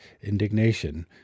indignation